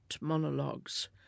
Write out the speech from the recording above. monologues